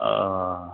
अँ